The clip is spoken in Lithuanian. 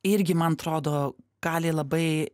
irgi man atrodo gali labai